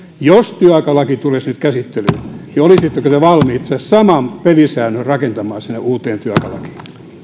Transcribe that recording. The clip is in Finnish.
jos työaikalaki tulisi nyt käsittelyyn niin olisitteko te valmiit sen saman pelisäännön rakentamaan sinne uuteen työaikalakiin